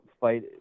fight